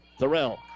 Thorell